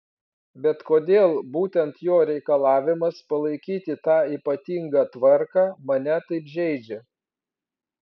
bet kodėl būtent jo reikalavimas palaikyti tą ypatingą tvarką mane taip žeidžia